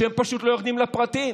שהם פשוט לא יורדים לפרטים.